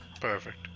perfect